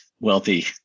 wealthy